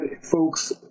folks